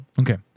Okay